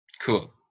cool